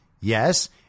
Yes